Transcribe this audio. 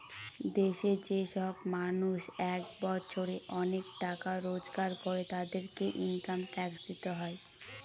দেশে যে সব মানুষ এক বছরে অনেক টাকা রোজগার করে, তাদেরকে ইনকাম ট্যাক্স দিতে হয়